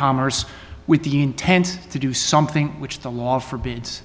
commerce with the intent to do something which the law forbids